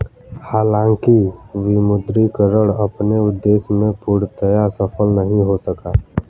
हालांकि विमुद्रीकरण अपने उद्देश्य में पूर्णतः सफल नहीं हो सका